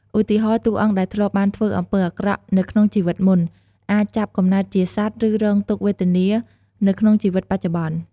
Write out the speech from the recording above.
ឧទាហរណ៍ តួអង្គដែលធ្លាប់បានធ្វើអំពើអាក្រក់នៅក្នុងជីវិតមុន អាចចាប់កំណើតជាសត្វ ឬរងទុក្ខវេទនានៅក្នុងជីវិតបច្ចុប្បន្ន។